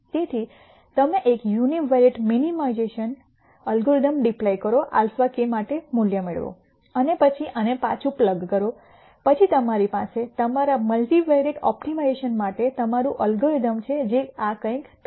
તેથી તમે એક યુનિવેરિએંટ મિનિમલાઈઝેશન અલ્ગોરિધમ ડિપ્લોય કરો α k માટે મૂલ્ય મેળવો અને પછી આને પાછું પ્લગ કરો પછી તમારી પાસે તમારા મલ્ટિવેરિયેટ ઓપ્ટિમાઇઝેશન માટે તમારું એલ્ગોરિધમ છે જે આ કંઈક થશે